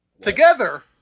Together